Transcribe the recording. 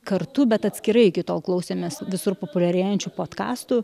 kartu bet atskirai iki tol klausėmės visur populiarėjančių podkastų